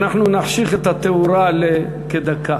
אנחנו נחשיך את התאורה לכדקה.